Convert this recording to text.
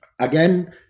again